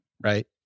right